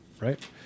Right